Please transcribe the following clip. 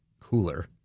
cooler